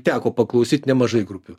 teko paklausyt nemažai grupių